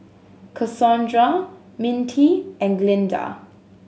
Cassondra Mintie and Glynda